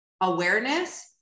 awareness